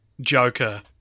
Joker